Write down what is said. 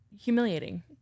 humiliating